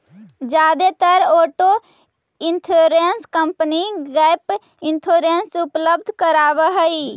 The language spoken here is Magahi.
जादेतर auto insurance company gap insurance उपलब्ध करावऽ हई